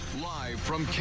live from